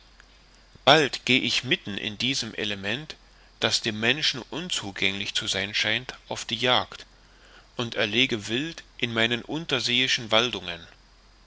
bald geh ich mitten in diesem element das dem menschen unzugänglich zu sein scheint auf die jagd und erlege wild in meinen unterseeischen waldungen